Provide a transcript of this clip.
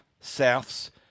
Souths